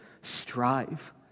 strive